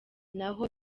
naho